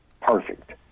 Perfect